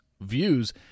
views